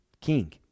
king